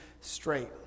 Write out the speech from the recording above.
straight